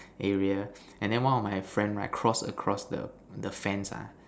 area and then one of my friend right cross across the the fence ah